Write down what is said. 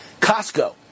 Costco